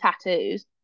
tattoos